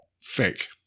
fake